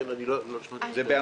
גם